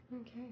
Okay